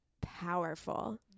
powerful